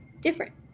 different